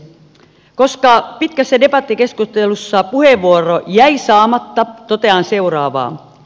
koska pitkässä debattikeskustelussa puheenvuoro jäi saamatta totean seuraavaa